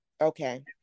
Okay